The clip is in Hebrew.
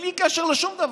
בלי קשר לשום דבר,